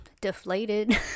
deflated